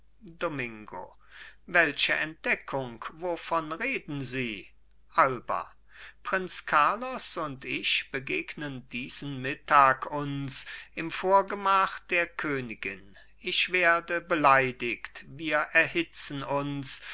domingo welche entdeckung wovon reden sie alba prinz carlos und ich begegnen diesen mittag uns im vorgemach der königin ich werde beleidigt wir erhitzen uns